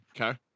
Okay